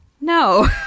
no